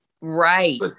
Right